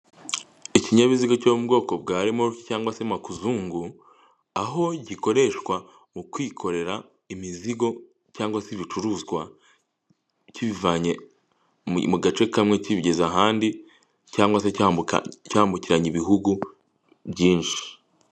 Ikinyabiziga cyo mu bwoko bwa remorke cg se makuzungu, aho gikoreshwa mu kwikorera imizigo, cyangwa se ibicuruzwa kibivanye mu gace kamwe kibigeza ahandi, cyangwa se cyambukiranya ibihugu byinshi.